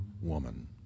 woman